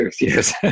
yes